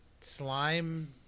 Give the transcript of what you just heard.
slime